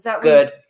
Good